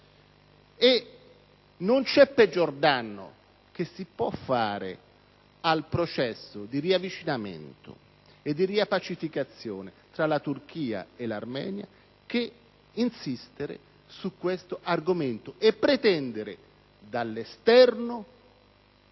e non c'è peggior danno che si possa fare al processo di riavvicinamento e di riappacificazione tra la Turchia e l'Armenia che insistere su questo argomento e pretendere dall'esterno